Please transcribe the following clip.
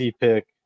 pick